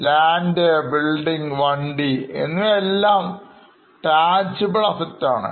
land building വണ്ടി എന്നിവ എല്ലാം Tangible Assets ആണ്